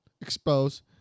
expose